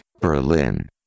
Berlin